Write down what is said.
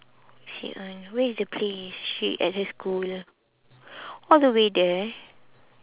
shit lah where is the place she at her school all the way there